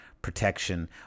protection